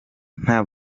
nta